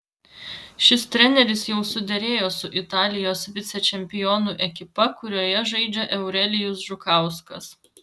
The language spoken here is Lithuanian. šis treneris jau suderėjo su italijos vicečempionų ekipa kurioje žaidžia eurelijus žukauskas